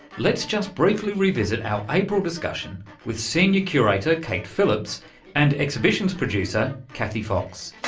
let's just briefly revisit our april discussion with senior curator kate phillips and exhibitions producer kathy fox.